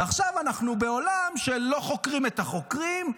ועכשיו אנחנו בעולם שלא חוקרים את החוקרים,